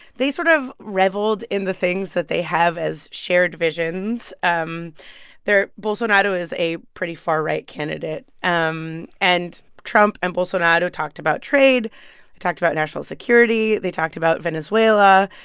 they sort of revelled in the things that they have as shared visions. um they're bolsonaro is a pretty far-right candidate um and trump and bolsonaro talked about trade. they talked about national security. they talked about venezuela.